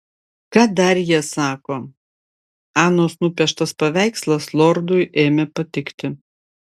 ką dar jie sako anos nupieštas paveikslas lordui ėmė patikti